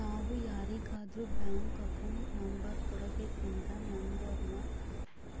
ನಾವು ಯಾರಿಗಾದ್ರೂ bank account number ಕೊಡಬೇಕಂದ್ರ ನೋಂಬರ್ನ